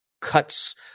cuts